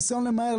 ניסיון למהר,